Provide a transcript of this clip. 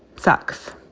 sucks.